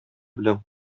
белән